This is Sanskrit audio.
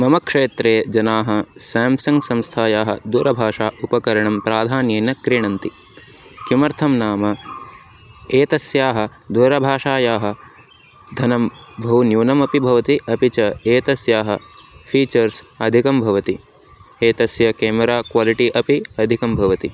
मम क्षेत्रे जनाः स्याम्संग् संस्थायाः दूरभाषा उपकरणं प्राधान्येन क्रीणन्ति किमर्थं नाम एतस्याः दूरभाषायाः धनं बहु न्यूनमपि भवति अपि च एतस्याः फ़ीचर्स् अधिकं भवति एतस्य केमेरा क्वालिटि अपि अधिकं भवति